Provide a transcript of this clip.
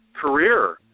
career